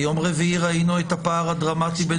ביום רביעי ראינו את הפער הדרמטי בין